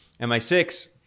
MI6